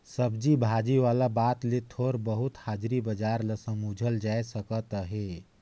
सब्जी भाजी वाला बात ले थोर बहुत हाजरी बजार ल समुझल जाए सकत अहे